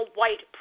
white